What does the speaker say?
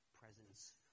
presence